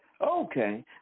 Okay